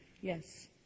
yes